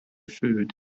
food